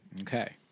Okay